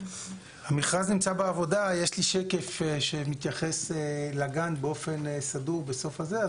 המכרז נמצא בעבודה יש לי שקף שמתייחס לה גם באופן סדור בסוף הזה.